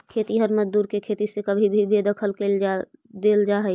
खेतिहर मजदूर के खेती से कभी भी बेदखल कैल दे जा हई